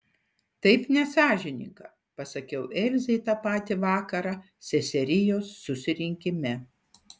taip nesąžininga pasakiau elzei tą patį vakarą seserijos susirinkime